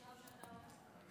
נדמה לי, חברת הכנסת קרן ברק,